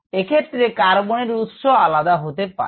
এক্ষেত্রে কার্বন এর উৎস আলাদা হতে পারে